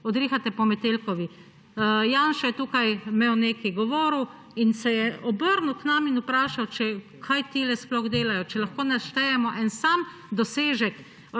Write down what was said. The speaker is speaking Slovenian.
udrihate po Metelkovi. Janša je tukaj imel nekaj, govoril in se je obrnil k nam in vprašal, kaj tile sploh delajo, če lahko naštejemo en sam dosežek